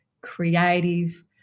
creative